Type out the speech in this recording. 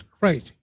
right